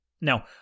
Now